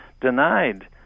denied